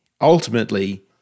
ultimately